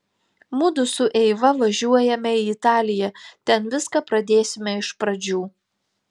mudu su eiva važiuojame į italiją ten viską pradėsime iš pradžių